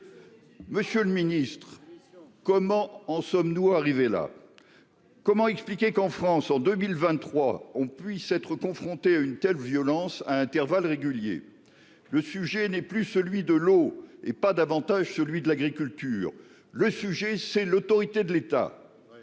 Monsieur le Ministre, comment en sommes-nous arrivés là. Comment expliquer qu'en France, en 2023 on puisse être confronté à une telle violence à intervalles réguliers. Le sujet n'est plus celui de l'eau et pas davantage celui de l'agriculture, le sujet c'est l'autorité de l'État.